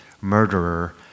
murderer